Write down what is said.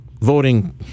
voting